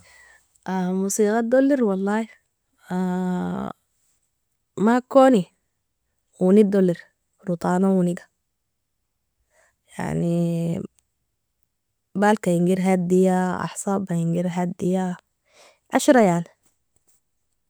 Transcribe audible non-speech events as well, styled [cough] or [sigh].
Mosiga dolier walahi [hesitation] makoni ouni dolier rotana ouniga, yani [hesitation] balka inger hadeia aasaba inger hadeia ashra yani.